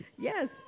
Yes